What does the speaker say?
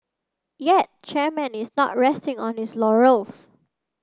yet chairman is not resting on his laurels